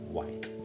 White